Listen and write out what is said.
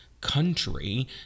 country